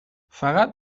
فقط